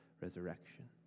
resurrection